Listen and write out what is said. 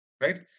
right